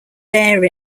bear